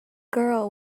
girl